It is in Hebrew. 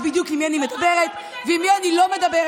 בדיוק עם מי אני מדברת ועם מי אני לא מדברת.